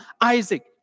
Isaac